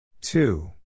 Two